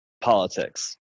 politics